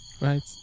right